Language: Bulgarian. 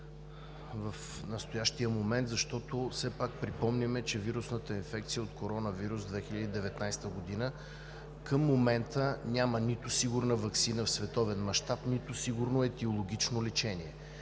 в настоящия момент, защото все пак припомняме, че за вирусната инфекция от коронавирус 2019 г. към момента няма нито сигурна ваксина в световен мащаб, нито сигурно етиологично лечение.